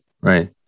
Right